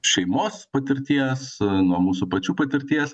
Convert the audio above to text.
šeimos patirties nuo mūsų pačių patirties